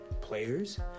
players